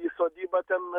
į sodybą ten